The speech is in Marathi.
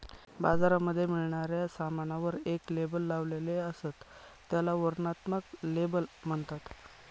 बाजारामध्ये मिळणाऱ्या सामानावर एक लेबल लावलेले असत, त्याला वर्णनात्मक लेबल म्हणतात